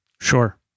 Sure